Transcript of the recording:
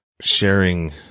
sharing